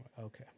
Okay